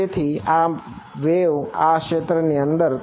તેથી આ મારી વેવ આ ક્ષેત્રની અંદર છે